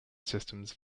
systems